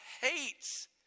hates